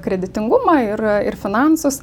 kreditingumą ir ir finansus